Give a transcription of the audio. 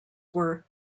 were